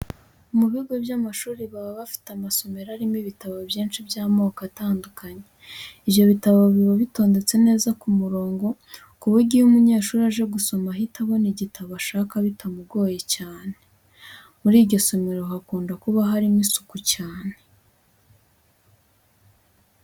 Mu bigo by'amashuri baba bafite amasomero arimo ibitabo byinshi by'amako atandukanye. Ibyo bitabo biba bitondetse neza ku murongo ku buryo iyo umunyeshuri aje gusoma ahita abona igitabo ashaka bitamugoye cyane. Muri iryo somero hakunda kuba hari isuku cyane.